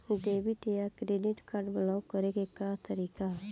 Debit या credit card block करे के का तरीका ह?